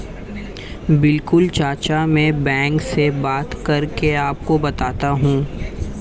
बिल्कुल चाचा में बैंक से बात करके आपको बताता हूं